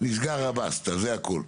נסגרת הבסטה וזה הכול.